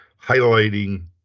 highlighting